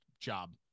job